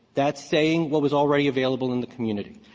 that's saying what was already available in the community.